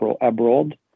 abroad